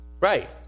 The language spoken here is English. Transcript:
Right